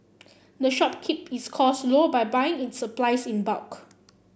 the shop keep its costs low by buying its supplies in bulk